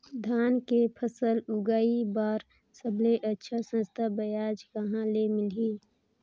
धान के फसल उगाई बार सबले अच्छा सस्ता ब्याज कहा ले मिलही?